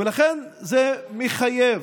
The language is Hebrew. ולכן זה מחייב.